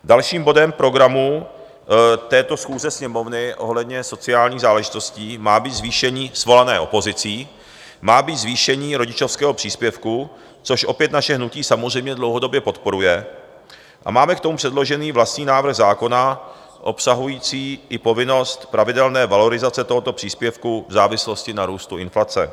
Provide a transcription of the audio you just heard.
Dalším bodem programu této schůze Sněmovny ohledně sociálních záležitostí svolané opozicí má být zvýšení rodičovského příspěvku, což opět naše hnutí samozřejmě dlouhodobě podporuje, a máme k tomu předložen vlastní návrh zákona obsahující i povinnost pravidelné valorizace tohoto příspěvku v závislosti na růstu inflace.